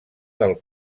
del